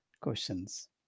questions